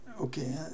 okay